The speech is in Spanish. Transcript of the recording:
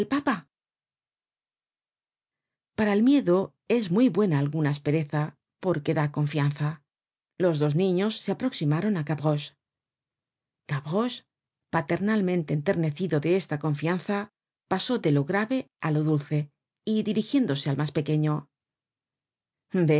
papa para el miedo es muy buena alguna aspereza porque da confianza los dos niños se aproximaron á gavroche gavroche paternalmente enternecido de esta confianza pasó de lo grave á lo dulce y dirigiéndose al mas pequeño